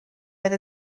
oedd